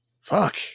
Fuck